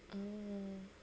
mm